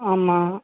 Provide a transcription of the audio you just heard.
ஆமாம்